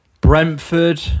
Brentford